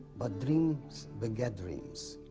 but dreams beget dreams,